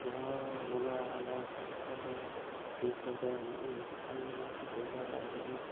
ᱡᱟᱦᱳ ᱵᱚᱸᱜᱟ ᱡᱟᱣ ᱥᱚᱛ ᱫᱷᱟᱨᱟ ᱜᱮᱭᱟᱭ ᱤᱧ ᱥᱩᱨ ᱨᱮ ᱱᱮᱜᱼᱮ ᱦᱤᱡᱩᱜ ᱠᱟᱱᱟ ᱨᱚᱵᱤᱵᱟᱨᱟᱭ ᱠᱟᱱᱟ